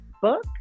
book